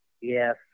yes